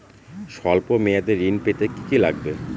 সল্প মেয়াদী ঋণ পেতে কি কি লাগবে?